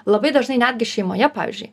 labai dažnai netgi šeimoje pavyzdžiui